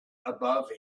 above